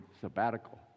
sabbatical